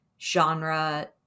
genre